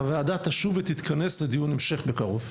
הוועדה תשוב ותתכנס לדיון המשך בקרוב.